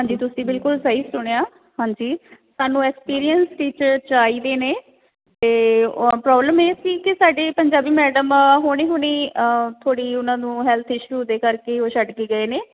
ਹਾਂਜੀ ਤੁਸੀਂ ਬਿਲਕੁਲ ਸਹੀ ਸੁਣਿਆ ਹਾਂਜੀ ਸਾਨੂੰ ਐਕਸਪੀਰੀਅੰਸ ਟੀਚਰ ਚਾਹੀਦੇ ਨੇ ਅਤੇ ਪ੍ਰੋਬਲਮ ਇਹ ਸੀ ਕਿ ਸਾਡੇ ਪੰਜਾਬੀ ਮੈਡਮ ਹੁਣੀ ਹੁਣੀ ਥੋੜ੍ਹੀ ਉਹਨਾਂ ਨੂੰ ਹੈਲਥ ਇਸ਼ੂ ਦੇ ਕਰਕੇ ਉਹ ਛੱਡ ਕੇ ਗਏ ਨੇ